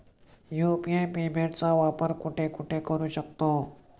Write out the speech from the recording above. UPI पेमेंटचा वापर कुठे कुठे करू शकतो?